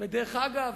דרך אגב,